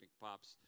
Pops